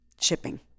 shipping